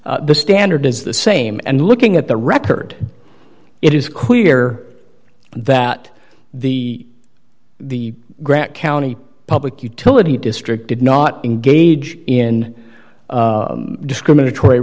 the standard is the same and looking at the record it is clear that the the grant county public utility district did not engage in discriminatory